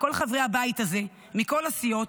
לכל חברי הבית הזה מכל הסיעות,